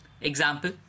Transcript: Example